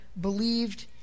believed